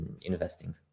investing